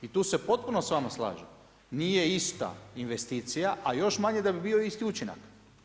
I tu se u potpunosti s vama slažem, nije ista investicija, a još manje da bi bio isti učinak.